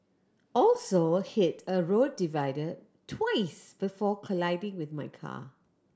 also hit a road divider twice before colliding with my car